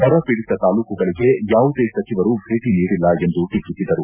ಬರ ಪೀಡಿತ ತಾಲೂಕುಗಳಿಗೆ ಯಾವುದೇ ಸಚಿವರು ಭೇಟ ನೀಡಿಲ್ಲ ಎಂದು ಟೀಕಿಸಿದರು